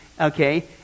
okay